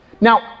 Now